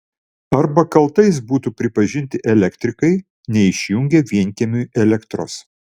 arba kaltais būtų pripažinti elektrikai neišjungę vienkiemiui elektros